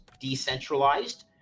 decentralized